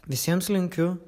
visiems linkiu